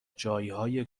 جایهای